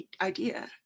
idea